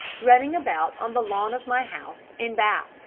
running about on the lawn of my house in bath